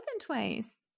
twice